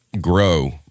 grow